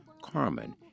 Carmen